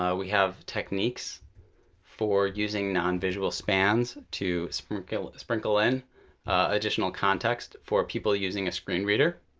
ah we have techniques for using non-visual spans to sprinkle sprinkle in additional context for people using a screen reader.